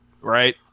Right